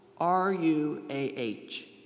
R-U-A-H